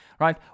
right